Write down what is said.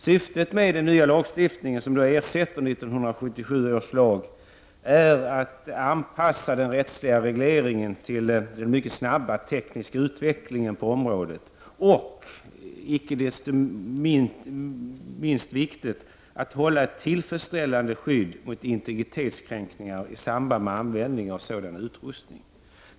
Syftet med den nya lagstiftningen, som ersätter 1977 års lag, är att anpassa den rättsliga regleringen till den mycket snabba tekniska utvecklingen på området och — icke minst viktigt — att erhålla ett tillfredsställande skydd mot integritetskränkningar i samband med användning av sådan utrustning.